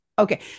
Okay